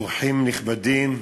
אורחים נכבדים,